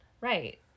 Right